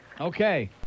Okay